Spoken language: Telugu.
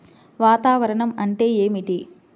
వాతావరణం అంటే ఏమిటి?